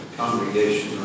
congregation